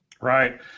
Right